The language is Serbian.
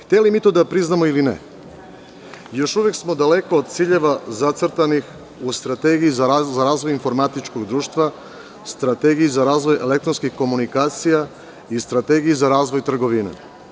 Hteli mi to da priznamo ili ne, još uvek smo daleko od ciljeva zacrtanih u strategiji za razvoj informatičkog društva, strategiji za razvoj elektronskih komunikacija i strategiji za razvoj trgovine.